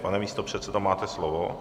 Pane místopředsedo, máte slovo.